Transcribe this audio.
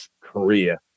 korea